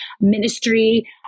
ministry